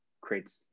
creates